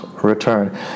Return